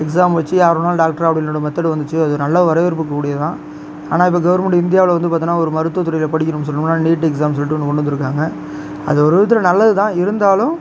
exam வச்சு யாரு வேணாலும் டாக்டராக ஆகிடலாங்குற மெதட் வந்துடுச்சு அது நல்ல வரவேற்புக்குடையதுதான் ஆனால் இப்போ கவர்மெண்ட்டு இந்தியாவில் வந்து பார்த்திங்கன்னா ஒரு மருத்துவத்துறையில் படிக்கணும் சொல்லணும்னா நீட் எக்ஸாம்ன்னு சொல்லிட்டு ஒன்று கொண்டு வந்திருக்காங்க அது ஒரு விதத்தில் நல்லது தான் இருந்தாலும்